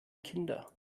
kinder